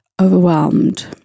overwhelmed